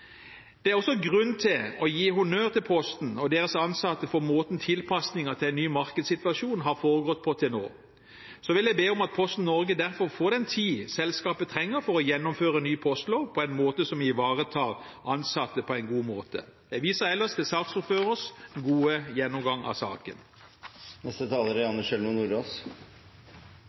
Det er også grunn til å gi honnør til Posten og deres ansatte for måten tilpasninger til den nye markedssituasjonen har foregått på til nå. Så vil jeg be om at Posten Norge derfor får den tid selskapet trenger for å gjennomføre ny postlov på en måte som ivaretar ansatte på en god måte. Jeg viser ellers til saksordførerens gode gjennomgang av saken. Posten skal fram i bygd og by, og for Senterpartiet er